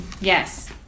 yes